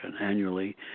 annually